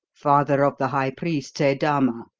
father of the high priest seydama,